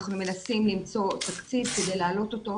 אנחנו מנסים למצוא תקציב כדי להעלות אותו.